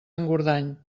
engordany